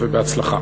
ובהצלחה.